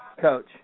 coach